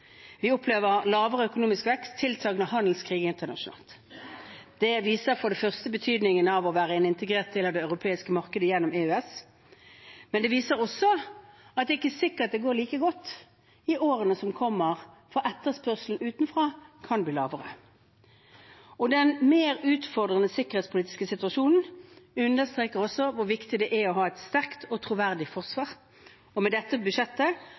Vi opplever lavere økonomisk vekst og tiltakende handelskrig internasjonalt. Det viser for det første betydningen av å være en integrert del av det europeiske markedet gjennom EØS, men det viser også at det ikke er sikkert at det går like godt i årene som kommer, for etterspørselen utenfra kan bli lavere. Den mer utfordrende sikkerhetspolitiske situasjonen understreker også hvor viktig det er å ha et sterkt og troverdig forsvar. Med dette budsjettet